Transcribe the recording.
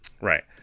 right